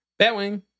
Batwing